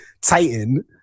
titan